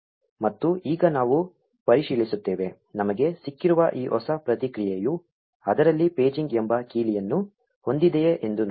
ಮತ್ತು ಈಗ ನಾವು ಪರಿಶೀಲಿಸುತ್ತೇವೆ ನಮಗೆ ಸಿಕ್ಕಿರುವ ಈ ಹೊಸ ಪ್ರತಿಕ್ರಿಯೆಯು ಅದರಲ್ಲಿ ಪೇಜಿಂಗ್ ಎಂಬ ಕೀಲಿಯನ್ನು ಹೊಂದಿದೆಯೇ ಎಂದು ನೋಡೋಣ